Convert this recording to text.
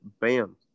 Bam